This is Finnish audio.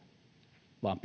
vaan